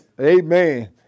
Amen